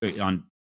on